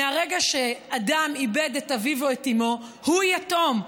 מהרגע שאדם איבד את אביו ואת אימו הוא יתום.